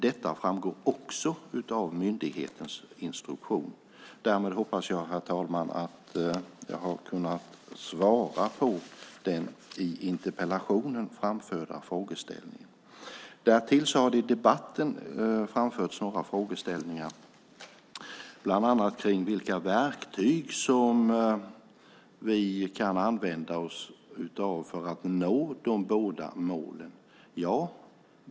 Det framgår också av myndighetens instruktion. Därmed hoppas jag, fru talman, att jag har kunnat svara på den i interpellationen framförda frågeställningen. Därtill har det i debatten framförts några frågeställningar, bland annat när det gäller vilka verktyg vi kan använda oss av för att nå de båda målen.